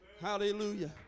Hallelujah